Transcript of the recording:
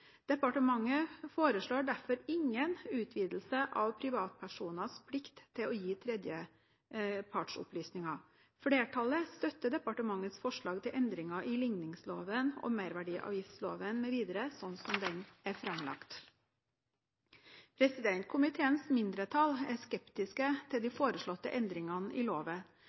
Departementet foreslår derfor ingen utvidelse av privatpersoners plikt til å gi tredjepartsopplysninger. Flertallet støtter departementets forslag til endringer i ligningsloven og merverdiavgiftsloven mv., sånn som den er framlagt. Komiteens mindretall er skeptisk til de foreslåtte endringene i loven.